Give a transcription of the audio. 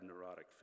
neurotic